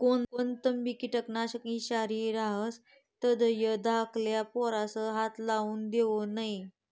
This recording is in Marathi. कोणतंबी किटकनाशक ईषारी रहास तधय धाकल्ला पोरेस्ना हाते लागू देवो नै